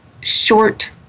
short